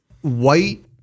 white